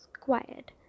quiet